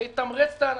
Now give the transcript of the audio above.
זה יתמרץ את האנשים.